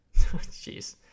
Jeez